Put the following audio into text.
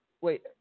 Wait